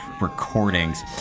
recordings